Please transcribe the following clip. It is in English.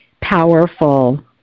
powerful